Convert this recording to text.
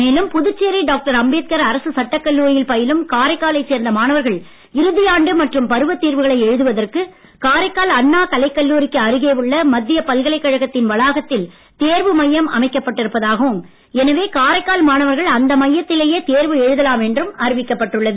மேலும் புதுச்சேரி டாக்டர் அம்பேத்கர் அரசு சட்டக்கல்லூரியில் பயிலும் காரைக்கால் மாவட்டத்தை சேர்ந்த மாணவர்கள் இறுதியாண்டு மற்றும் பருவ தேர்வுகளை எழுதுவதற்கு காரைக்கால் அண்ணா கலைக்கல்லூரிக்கு அருகே உள்ள மத்திய பல்கலைக்கழகத்தின் வளாகத்தில் தேர்வு மையம் அமைக்கப்பட்டிருப்பதாகவும் எனவே காரைக்கால் மாணவர்கள் அந்த மையத்திலேயே தேர்வு எழுதலாம் என்றும் அறிவிக்கப்பட்டுள்ளது